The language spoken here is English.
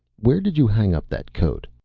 where did you hang up that coat?